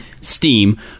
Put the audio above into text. Steam